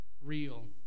real